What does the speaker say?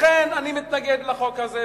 לכן אני מתנגד לחוק הזה,